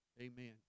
Amen